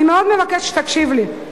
אני מאוד מבקשת שתקשיב לי,